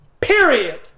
period